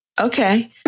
Okay